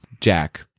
Jack